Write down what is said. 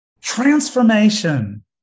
transformation